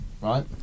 right